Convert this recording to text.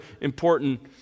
important